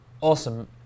Awesome